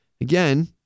Again